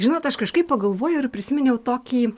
žinot aš kažkaip pagalvojau ir prisiminiau tokį